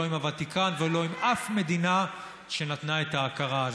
לא עם הוותיקן ולא עם אף מדינה שנתנה את ההכרה הזאת.